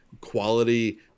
quality